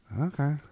Okay